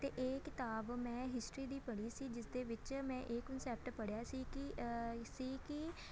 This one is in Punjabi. ਅਤੇ ਇਹ ਕਿਤਾਬ ਮੈਂ ਹਿਸਟਰੀ ਦੀ ਪੜ੍ਹੀ ਸੀ ਜਿਸਦੇ ਵਿੱਚ ਮੈਂ ਇਹ ਕੰਨਸੈਪਟ ਪੜ੍ਹਿਆ ਸੀ ਕੀ ਸੀ ਕੀ